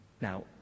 Now